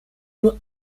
nur